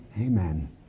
Amen